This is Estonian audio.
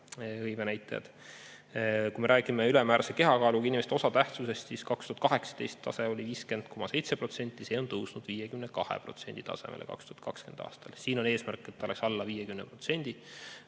Kui me räägime ülemäärase kehakaaluga inimeste osatähtsusest, siis 2018. aasta tase oli 50,7% ja see on tõusnud 52% tasemele 2020. aastal. Siin on eesmärk, et ta oleks alla 50%,